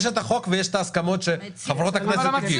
יש את החוק ויש את ההסכמות אליהן הגיעו חברות הכנסת.